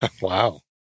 Wow